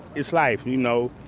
it's life, you know?